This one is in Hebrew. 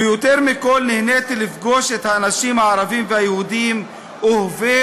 ויותר מכול נהניתי לפגוש את האנשים הערבים והיהודים אוהבי